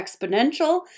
exponential